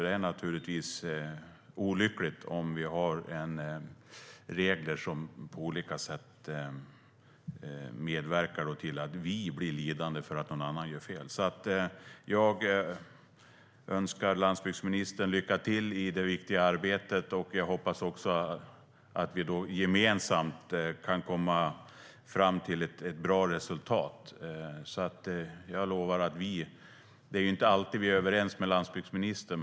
Det är olyckligt om vi har regler som på olika sätt medverkar till att vi blir lidande för att någon annan gör fel. Jag önskar landsbygdsministern lycka till i det viktiga arbetet. Jag hoppas att vi gemensamt kan komma fram till ett bra resultat. Det är inte alltid vi är överens med landsbygdsministern.